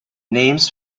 names